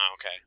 Okay